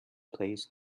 plays